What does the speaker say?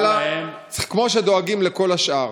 ומעלה כמו שדואגים לכל השאר.